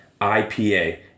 IPA